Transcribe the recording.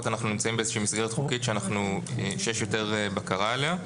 אנחנו נמצאים באיזושהי מסגרת חוקית שיש יותר בקרה עליה.